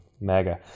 mega